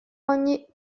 ogni